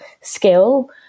skill